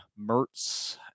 Mertz